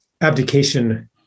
abdication